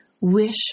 wish